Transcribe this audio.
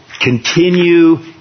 Continue